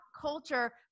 culture